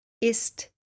ist